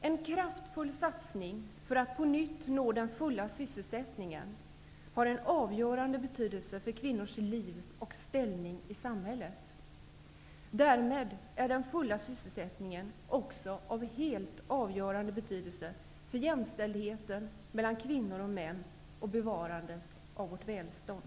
En kraftfull satsning för att på nytt nå den fulla sysselsättningen har en avgörande betydelse för kvinnors liv och ställning i samhället. Därmed är den fulla sysselsättningen också av helt avgörande betydelse för jämställdheten mellan kvinnor och män och bevarandet av vårt välstånd.